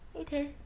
Okay